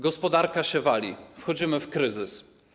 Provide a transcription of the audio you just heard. Gospodarka się wali, wchodzimy w kryzys.